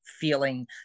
feeling